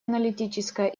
аналитическая